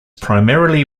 primarily